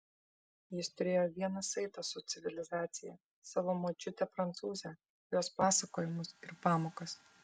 jis turėjo vieną saitą su civilizacija savo močiutę prancūzę jos pasakojimus ir pamokas